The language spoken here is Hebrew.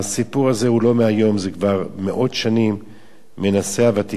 זה כבר מאות שנים שהוותיקן מנסה להניח את ידו על ההר,